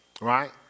Right